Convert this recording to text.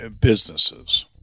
businesses